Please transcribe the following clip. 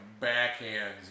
backhands